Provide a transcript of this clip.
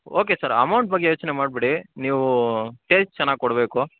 okay sir amount ಬಗ್ಗೆ ಯೋಚನೆ ಮಾಡಬೇಡಿ ನೀವು ಟೇಸ್ಟ್ ಚೆನ್ನಾಗಿ ಕೊಡಬೇಕು